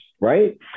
right